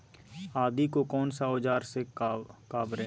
आदि को कौन सा औजार से काबरे?